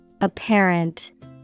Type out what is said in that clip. Apparent